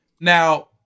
Now